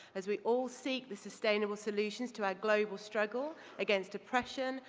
as we all seek the sustainable solutions to our global struggle against oppression,